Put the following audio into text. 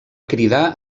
cridar